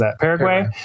Paraguay